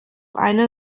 einer